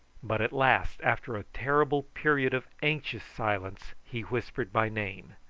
but at last, after a terrible period of anxious silence, he whispered my name.